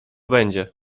będzie